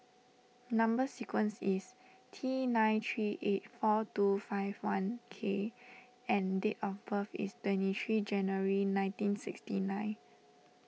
Number Sequence is T nine three eight four two five one K and date of birth is twenty three January nineteen sixty nine